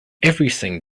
everything